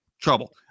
trouble